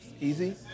easy